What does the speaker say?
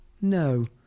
No